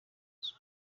nzu